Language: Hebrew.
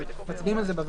אבל מצביעים על זה בוועדה.